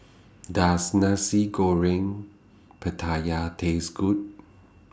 Does Nasi Goreng Pattaya Taste Good